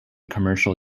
commercial